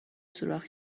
سوراخ